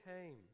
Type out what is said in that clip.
came